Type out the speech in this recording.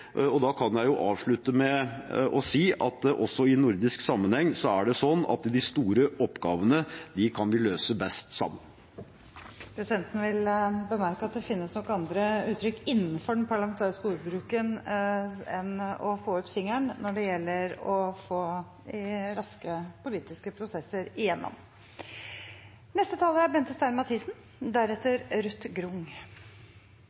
og forståelse av hvordan vi skal gjøre det. Da kan jeg avslutte med å si at også i nordisk sammenheng er det slik at de store oppgavene kan vi løse best sammen. Presidenten vil bemerke at det finnes nok andre uttrykk innenfor den parlamentariske ordbruken enn «å få ut fingeren» når det gjelder å få raske politiske prosesser